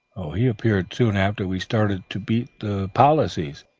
oh, he appeared soon after we started to beat the policies.